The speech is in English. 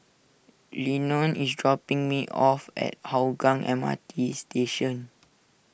Lenon is dropping me off at Hougang M R T Station